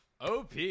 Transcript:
OP